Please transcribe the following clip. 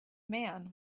man